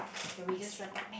can we just wrap up